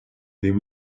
des